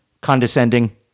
condescending